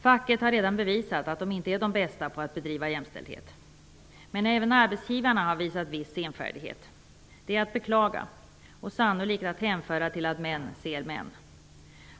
Facket har redan bevisat att man inte är bäst på att bedriva jämställdhet, men även arbetsgivarna har visat viss senfärdighet. Det är att beklaga och sannolikt att hänföra till att män ser män.